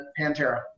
pantera